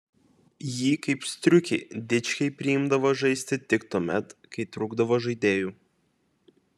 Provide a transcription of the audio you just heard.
jį kaip striukį dičkiai priimdavo žaisti tik tuomet kai trūkdavo žaidėjų